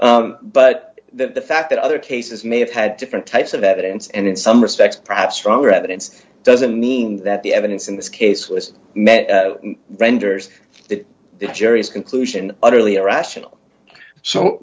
that but the fact that other cases may have had different types of evidence and in some respects perhaps stronger evidence doesn't mean that the evidence in this case was met renders that the jury's conclusion utterly irrational so